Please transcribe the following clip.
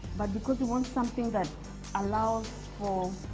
but because we want something that allows for